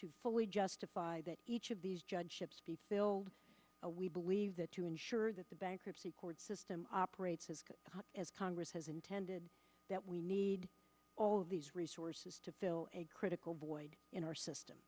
to fully justify that each of these judgeships be filled we believe that to ensure that the bankruptcy court system operates as good as congress has intended that we need all of these resources to fill a critical void in our system